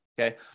okay